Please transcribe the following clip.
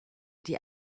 die